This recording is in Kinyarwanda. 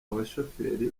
abashoferi